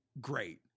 great